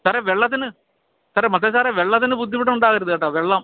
സാറെ വെള്ളത്തിന് സാറെ മത്തായി സാറെ വെള്ളത്തിന് ബുദ്ധിമുട്ടുണ്ടാകരുത് കേട്ടോ വെള്ളം